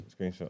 screenshot